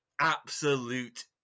absolute